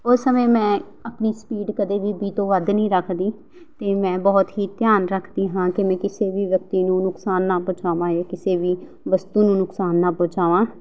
ਉਸ ਸਮੇਂ ਮੈਂ ਆਪਣੀ ਸਪੀਡ ਕਦੇ ਵੀ ਵੀਹ ਤੋਂ ਵੱਧ ਨਹੀਂ ਰੱਖਦੀ ਅਤੇ ਮੈਂ ਬਹੁਤ ਹੀ ਧਿਆਨ ਰੱਖਦੀ ਹਾਂ ਕਿ ਮੈਂ ਕਿਸੇ ਵੀ ਵਿਅਕਤੀ ਨੂੰ ਨੁਕਸਾਨ ਨਾ ਪਹੁੰਚਾਵਾਂ ਜਾਂ ਕਿਸੇ ਵੀ ਵਸਤੂ ਨੂੰ ਨੁਕਸਾਨ ਨਾ ਪਹੁੰਚਾਵਾਂ